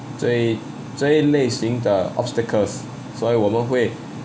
这这一类型 the obstacles 所以我们会